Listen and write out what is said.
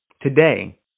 today